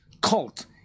cult